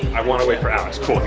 i want to wait for alex.